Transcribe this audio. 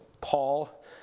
Paul